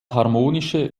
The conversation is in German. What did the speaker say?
harmonische